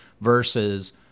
versus